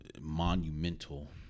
monumental